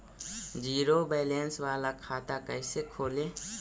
Zero balance बाला खाता कैसे खोले?